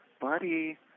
buddy